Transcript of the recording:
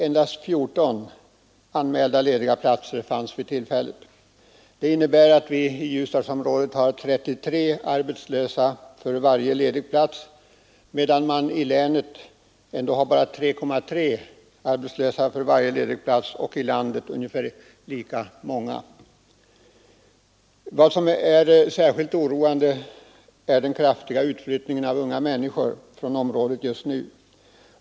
Endast 14 anmälda lediga platser fanns vid tillfället. Det innebär att vi i Ljusdalsområdet har 33 arbetslösa för varje ledig plats, medan motsvarande siffra för länet är 3,3, och för landet som helhet är antalet lediga platser lika stort som antalet arbetslösa. Särskilt oroande är den kraftiga utflyttningen av unga människor från området just nu.